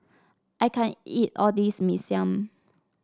I can't eat all this Mee Siam